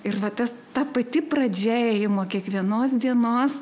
ir va tas ta pati pradžia ėjimo kiekvienos dienos